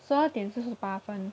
十二点四十八分